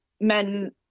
men